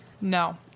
no